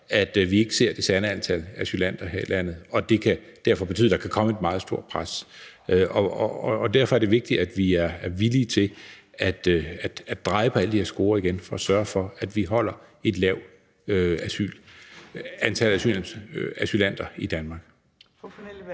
at vi ikke ser det sande antal asylanter her i landet, og at det derfor kan betyde, at der kan komme et meget stort pres. Derfor er det vigtigt, at vi er villige til at dreje på alle de her skruer igen – og sørger for, at vi holder et lavt antal asylanter i Danmark.